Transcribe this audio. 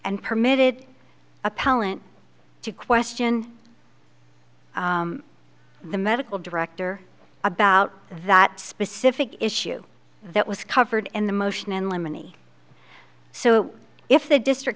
and permitted appellant to question the medical director about that specific issue that was covered in the motion and lemony so if the district